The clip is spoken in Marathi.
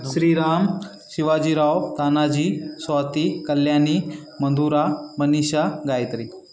स्रीराम शिवाजीराव तानाजी स्वाती कल्यानी मधुरा मनीषा गायत्री